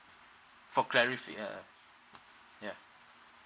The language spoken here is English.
for clarify yeah yeah